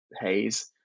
haze